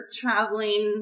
traveling